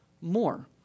more